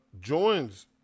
joins